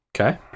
Okay